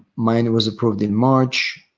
mine was approved in march.